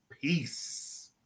peace